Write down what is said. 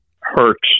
hurts